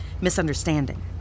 misunderstanding